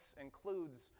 includes